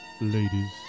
ladies